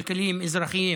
כלכליים, אזרחיים